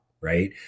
right